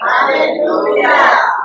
Hallelujah